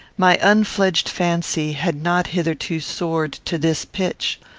my unfledged fancy had not hitherto soared to this pitch.